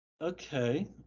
Okay